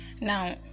now